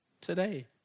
today